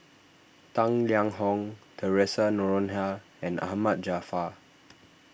Tang Liang Hong theresa Noronha and Ahmad Jaafar